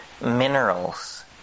minerals